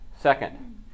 second